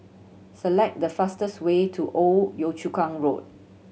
select the fastest way to Old Yio Chu Kang Road